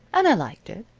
and i liked it,